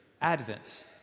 Advent